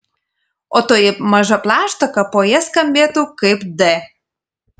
o toji maža plaštaka po ja skambėtų kaip d